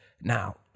Now